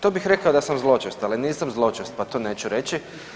To bih rekao da sam zloćest, ali nisam zloćest pa to neću reći.